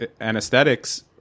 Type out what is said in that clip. anesthetics